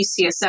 UCSF